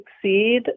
succeed